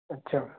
अछा